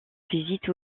visite